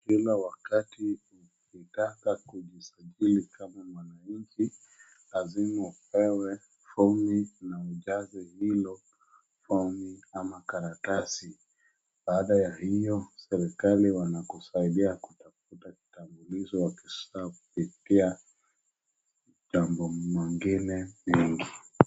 Kila wakati ukitaka kujisajili kama mwanafunzi lazima upewe fomu na ujaze hiyo fomu ama karatasi. Baada ya hiyo serikali wanakusaidia kutafuta kitambulisho na ukishapitia mambo mengine mengi.